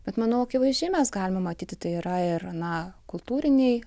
bet manau akivaizdžiai mes galime matyti tai yra ir na kultūriniai